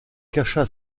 cacha